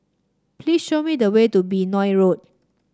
please show me the way to Benoi Road